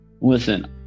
listen